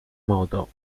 moto